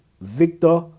Victor